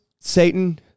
Satan